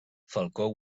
falcó